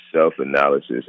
self-analysis